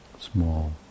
small